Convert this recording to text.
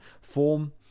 form